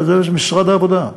זה משרד העבודה.